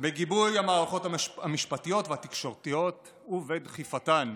בגיבוי המערכות המשפטיות והתקשורתיות ובדחיפתן.